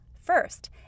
first